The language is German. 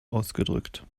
ausgedrückt